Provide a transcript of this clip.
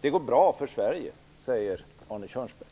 Det går bra för Sverige, säger Arne Kjörnsberg.